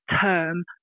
term